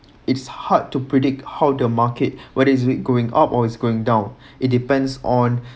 it's hard to predict how the market whether is it going up or is going down it depends on